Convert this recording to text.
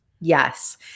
Yes